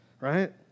Right